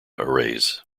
arrays